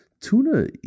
Tuna